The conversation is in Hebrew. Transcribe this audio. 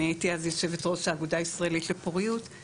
אני הייתי אז יושבת ראש האגודה הישראלית לפוריות.